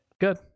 Good